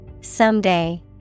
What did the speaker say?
Someday